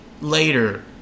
later